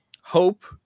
Hope